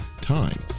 time